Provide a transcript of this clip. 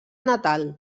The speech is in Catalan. natal